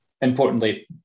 Importantly